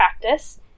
practice